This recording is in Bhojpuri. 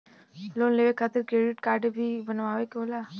लोन लेवे खातिर क्रेडिट काडे भी बनवावे के होला?